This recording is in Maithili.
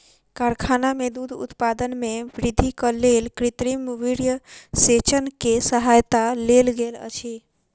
कारखाना में दूध उत्पादन में वृद्धिक लेल कृत्रिम वीर्यसेचन के सहायता लेल गेल अछि